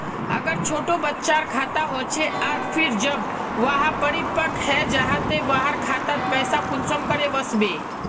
अगर छोटो बच्चार खाता होचे आर फिर जब वहाँ परिपक है जहा ते वहार खातात पैसा कुंसम करे वस्बे?